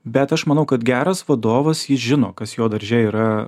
bet aš manau kad geras vadovas jis žino kas jo darže yra